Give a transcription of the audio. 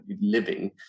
living